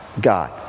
God